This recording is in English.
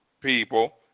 people